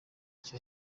cyo